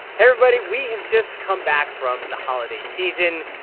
everybody. we have just come back from the holiday season,